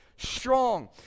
strong